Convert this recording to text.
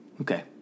Okay